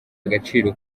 agaciro